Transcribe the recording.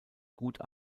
gut